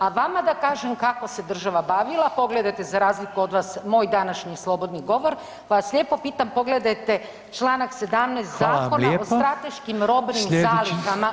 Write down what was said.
A vama da kažem kako se država bavila, pogledajte za razliku od vas moj današnji slobodni govor, pa vas lijepo pitam pogledajte čl. 17. zakona o strateškim robnim zalihama